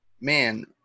Man